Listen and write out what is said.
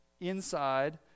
inside